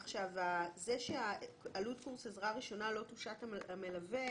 זה שעלות קורס עזרה ראשונה לא תושת על המלווה,